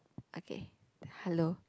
okay hello